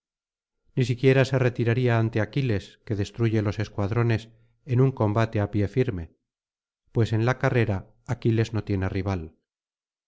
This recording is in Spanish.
ni siquiera se retiraría ante aquiles que destruye los escuadrones en un combate á pie firme pues en la carrera aquiles no tiene rival